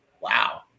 wow